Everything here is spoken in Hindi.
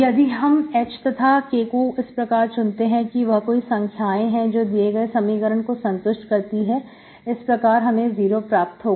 यदि हम h तथा k को इस प्रकार चुनते हैं कि वे कोई संख्याएं हैं जो दिए गए समीकरण को संतुष्ट करती हैं इस प्रकार हमें जीरो प्राप्त होगा